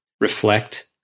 reflect